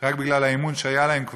רק בגלל האמון שהיה להם,